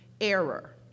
error